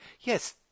yes